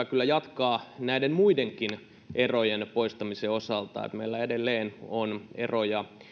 kyllä hyvä jatkaa näiden muidenkin erojen poistamisen osalta meillä edelleen on eroja